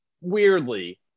weirdly